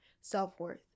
self-worth